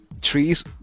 trees